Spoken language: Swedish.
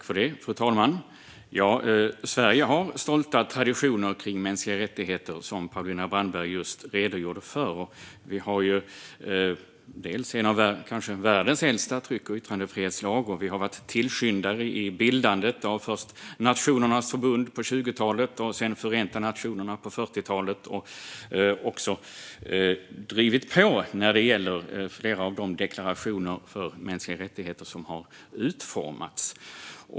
Fru talman! Ja, Sverige har stolta traditioner kring mänskliga rättigheter, som Paulina Brandberg just redogjorde för. Vi har kanske världens äldsta tryck och yttrandefrihetslag. Vi har varit tillskyndare vid bildandet av först Nationernas förbund på 20-talet och sedan Förenta Nationerna på 40-talet. Vi har också drivit på när det gäller flera av de deklarationer för mänskliga rättigheter som har utformats.